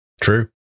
true